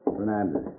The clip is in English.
Fernandez